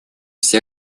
все